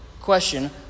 question